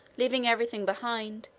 leaving every thing behind,